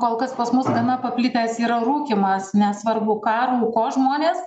kol kas pas mus gana paplitęs yra rūkymas nesvarbu ką rūko žmonės